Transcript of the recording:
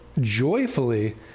joyfully